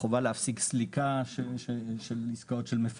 חובה להפסיק סליקה של עסקאות של מי